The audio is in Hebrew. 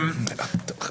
תודה רבה.